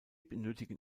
benötigen